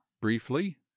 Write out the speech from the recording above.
briefly